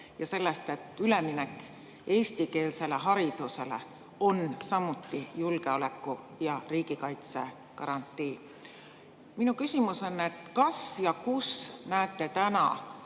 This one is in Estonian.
ja sellest, et üleminek eestikeelsele haridusele on samuti julgeoleku ja riigikaitse garantii. Minu küsimus: kas ja kus näete täna